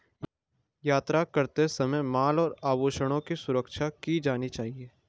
यात्रा करते समय माल और आभूषणों की सुरक्षा की जानी चाहिए